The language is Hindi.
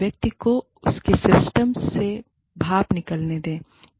व्यक्ति को उसके सिस्टम से भाप निकलने दें